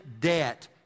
debt